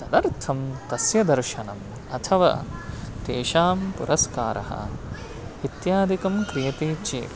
तदर्थं तस्य दर्शनम् अथवा तेषां पुरस्कारः इत्यादिकं क्रियते चेत्